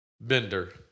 Bender